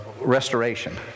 restoration